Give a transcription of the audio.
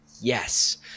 Yes